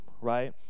Right